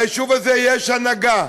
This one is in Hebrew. ליישוב הזה יש הנהגה,